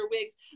wigs